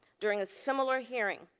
during a similar hearing,